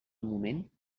moment